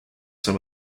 some